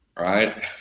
right